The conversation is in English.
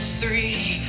three